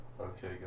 Okay